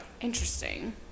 Interesting